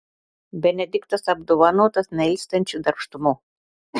benediktas apdovanotas neilstančiu darbštumu